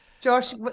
Josh